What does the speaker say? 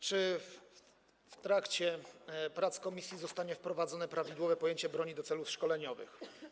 Czy w trakcie prac w komisji zostanie wprowadzone prawidłowe pojęcie broni do celów szkoleniowych?